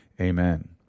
Amen